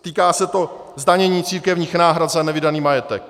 Týká se to zdanění církevních náhrad za nevydaný majetek.